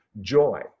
joy